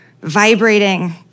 vibrating